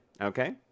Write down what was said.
okay